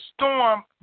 storm